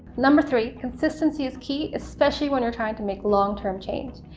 number three consistency is key, especially when you're trying to make long-term change,